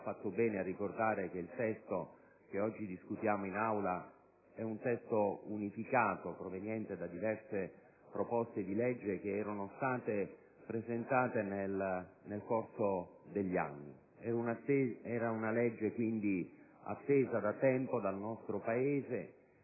fatto bene a ricordare che il testo che oggi discutiamo in Aula è un testo unificato proveniente da diverse proposte di legge che erano state presentate nel corso degli anni. È, quindi, una legge attesa da tempo dal nostro Paese